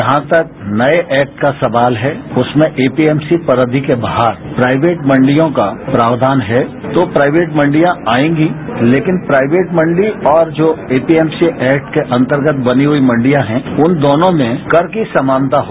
जहां तक नए एक्ट का सवाल है उसमें एपीएमसी परिधि के बाहर प्राइवेट मंडियों का प्रावधान है तो प्राइवेट मंडियां आएंगी लेकिन प्राइवेट मंडी और जो एपीएमसी एक्ट के अंतर्गत बनी हुई मंडियां हैं उन दोनों में कर की समानता हो